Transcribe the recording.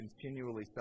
continually